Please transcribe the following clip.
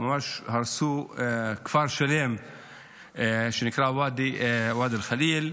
הרסו כפר שלם שנקרא ואדי אל-חליל.